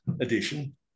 edition